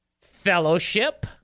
fellowship